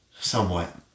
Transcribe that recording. Somewhat